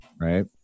right